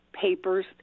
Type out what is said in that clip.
papers